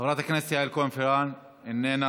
חברת הכנסת יעל כהן-פארן איננה.